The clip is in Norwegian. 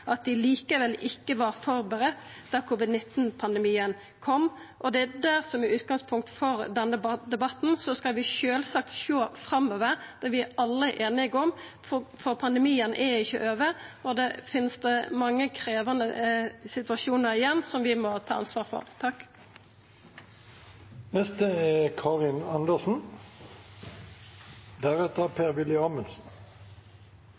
det som er utgangspunktet for denne debatten. Så skal vi sjølvsagt sjå framover. Det er vi alle einige om, for pandemien er ikkje over, og det finst mange krevjande situasjonar igjen som vi må ta ansvar for. Først vil jeg si at jeg er